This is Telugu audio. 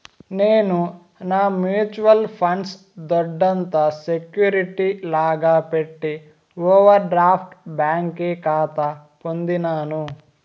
నేను నా మ్యూచువల్ ఫండ్స్ దొడ్డంత సెక్యూరిటీ లాగా పెట్టి ఓవర్ డ్రాఫ్ట్ బ్యాంకి కాతా పొందినాను